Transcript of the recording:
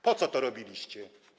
Po co to robiliście?